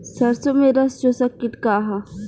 सरसो में रस चुसक किट का ह?